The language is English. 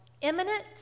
imminent